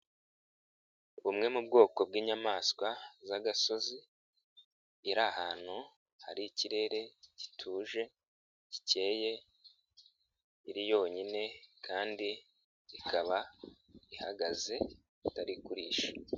Bumwe mu bwoko bwinyamaswa zagasozi iri ahantu hari ikirere gituje, gikeye, iri yonyine, kandi ikaba ihagaze itari kurisha.